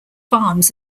farms